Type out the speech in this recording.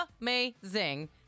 amazing